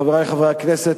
חברי חברי הכנסת,